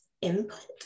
input